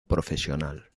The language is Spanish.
profesional